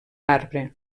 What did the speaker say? arbre